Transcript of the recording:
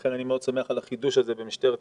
לכן אני שמח מאוד על החידוש הזה במשטרת ישראל.